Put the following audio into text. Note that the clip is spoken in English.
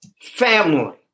family